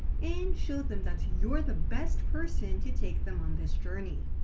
and show them that you're the best person to take them on this journey.